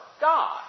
God